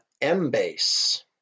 M-base